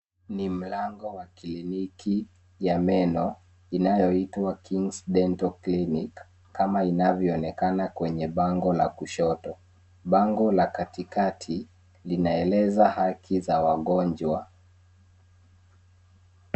Ni mlango wa kliniki ya meno inayoitwa, Kings Dental Clinic, kama inavyoonekana kwenye bango la kushoto. Bango la katikati linaeleza haki za wagonjwa.